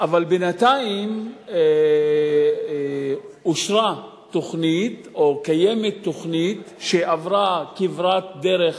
אבל בינתיים אושרה תוכנית או קיימת תוכנית שעברה כברת דרך